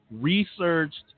researched